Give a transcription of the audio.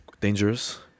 dangerous